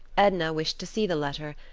edna wished to see the letter,